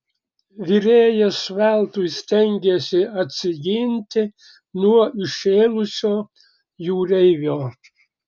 virėjas veltui stengėsi atsiginti nuo įšėlusio jūreivio